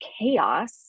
chaos